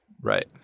Right